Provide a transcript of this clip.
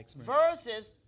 Versus